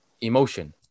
emotion